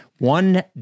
One